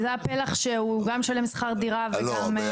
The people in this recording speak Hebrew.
זה הפלח שהוא גם משלם שכר דירה וגם משלם משכנתא.